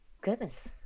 Goodness